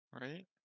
Right